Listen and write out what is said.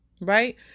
Right